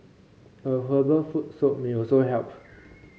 a herbal foot soak may also help